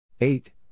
Eight